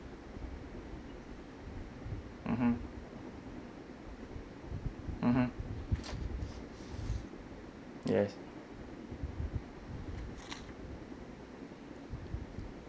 mmhmm mmhmm yes